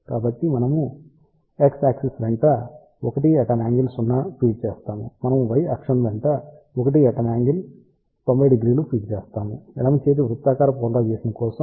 కాబట్టి మనము X axis వెంట 1∠0 ఫీడ్ చేస్తాము మనము Y అక్షం వెంట 1∠900 ద్వారా ఫీడ్ చేస్తాము ఎడమ చేతి వృత్తాకార పోలరైజేషన్ కోసం